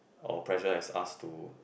or pressure as us to